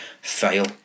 fail